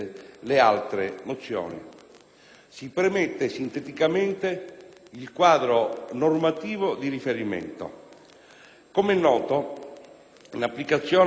Si premette sinteticamente il quadro normativo di riferimento. Come è noto, in applicazione dell'articolo 10 della Costituzione,